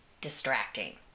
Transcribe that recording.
distracting